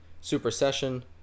supersession